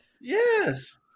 Yes